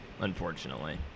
unfortunately